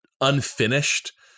unfinished